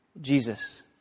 Jesus